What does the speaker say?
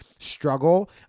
Struggle